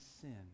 sin